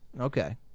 Okay